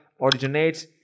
originates